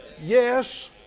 Yes